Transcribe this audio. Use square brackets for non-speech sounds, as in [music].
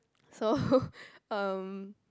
so [breath] um